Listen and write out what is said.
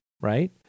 right